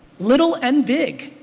little and big,